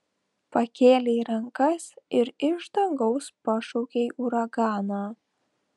pakėlei rankas ir iš dangaus pašaukei uraganą